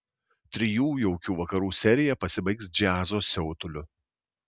trijų jaukių vakarų serija pasibaigs džiazo siautuliu